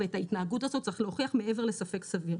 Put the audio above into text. ואת ההתנהגות הזאת צריך להוכיח מעבר לספק סביר.